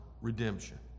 redemption